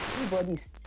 everybody's